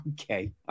okay